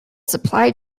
supply